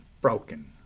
broken